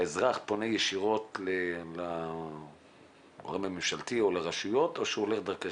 האזרח פונה ישירות לגורם הממשלתי או לרשויות או שהוא הולך דרככם?